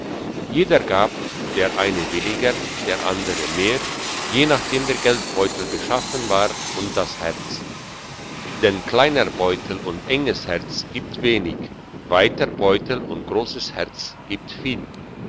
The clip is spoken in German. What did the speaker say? jeder gab der eine weniger der andere mehr je nachdem der geldbeutel beschaffen war und das herz denn kleiner beutel und enges herz gibt wenig weiter beutel und grosses herz gibt viel